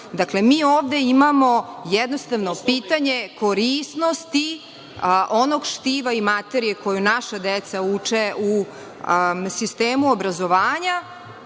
manji. Dakle, mi ovde imamo jednostavno pitanje korisnosti onog štiva i materije koju naša deca uče u sistemu obrazovanja,